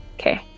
Okay